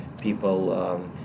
people